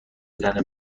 زنه